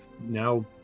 now